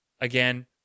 again